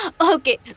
Okay